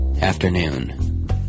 Afternoon